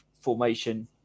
formation